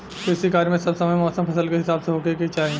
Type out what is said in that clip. कृषि कार्य मे सब समय मौसम फसल के हिसाब से होखे के चाही